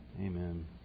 Amen